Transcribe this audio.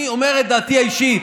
אני אומר את דעתי האישית.